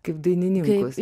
kaip dainininkus